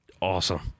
Awesome